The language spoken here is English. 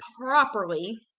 properly